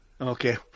Okay